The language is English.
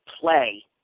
play